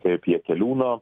kaip jakeliūno